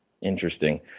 interesting